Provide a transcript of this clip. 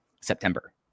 September